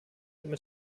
mit